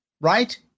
right